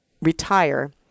retire